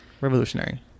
revolutionary